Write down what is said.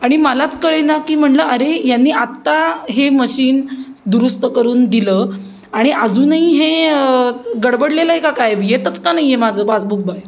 आणि मलाच कळेना की म्हणलं अरे यांनी आत्ता हे मशीन दुरुस्त करून दिलं आणि अजूनही हे गडबडलेलं आहे का काय येतच का नाही आहे माझं पासबुक बाहेर